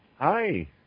Hi